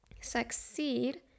succeed